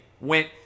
went